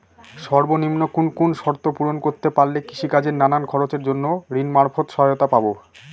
সর্বনিম্ন কোন কোন শর্ত পূরণ করতে পারলে কৃষিকাজের নানান খরচের জন্য ঋণ মারফত সহায়তা পাব?